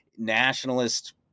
nationalist